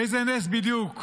איזה נס בדיוק?